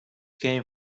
game